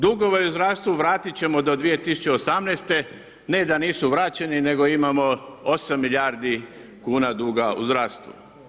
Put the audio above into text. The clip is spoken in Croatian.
Dugove u zdravstvu vratit ćemo do 2018., ne da nisu vraćeno nego imamo 8 milijardi kuna duga u zdravstvu.